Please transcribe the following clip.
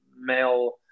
male